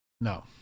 No